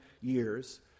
years